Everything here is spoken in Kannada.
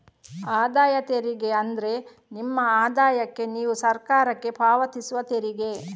ಆದಾಯ ತೆರಿಗೆ ಅಂದ್ರೆ ನಿಮ್ಮ ಆದಾಯಕ್ಕೆ ನೀವು ಸರಕಾರಕ್ಕೆ ಪಾವತಿಸುವ ತೆರಿಗೆ